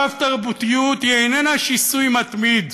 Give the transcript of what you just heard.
הרב-תרבותיות איננה שיסוי מתמיד